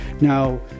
Now